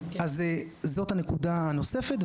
אז זאת הנקודה הנוספת.